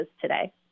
today